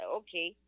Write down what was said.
okay